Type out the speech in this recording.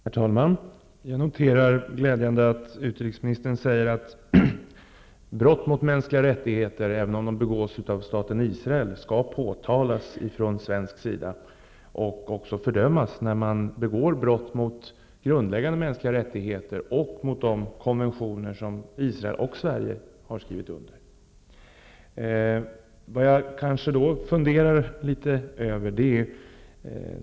Herr talman! Jag noterar glädjande nog att utrikesministern säger att brott mot mänskliga rättigheter, även om de begås av staten Israel, skall påtalas från svensk sida och också fördömas. Det gäller brott mot grundläggande mänskliga rättigheter och mot de konventioner som Israel, och Sverige, har skrivit under.